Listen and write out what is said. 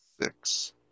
six